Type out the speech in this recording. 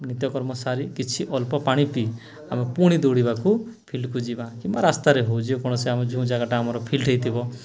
ନିତ୍ୟକର୍ମ ସାରି କିଛି ଅଳ୍ପ ପାଣି ପିଇ ଆମେ ପୁଣି ଦୌଡ଼ିବାକୁ ଫିଲ୍ଡକୁ ଯିବା କିମ୍ବା ରାସ୍ତାରେ ହେଉ ଯେକୌଣସି ଆମେ ଯୋଉ ଜାଗାଟା ଆମର ଫିଲ୍ଡ ହୋଇଥିବ